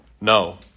no